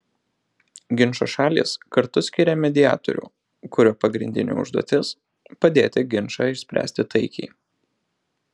ginčo šalys kartu skiria mediatorių kurio pagrindinė užduotis padėti ginčą išspręsti taikiai